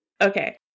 Okay